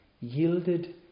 Yielded